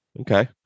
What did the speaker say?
Okay